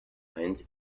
heinz